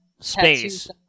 space